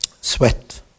Sweat